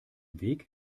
weg